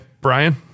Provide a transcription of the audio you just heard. Brian